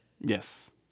Yes